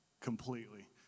completely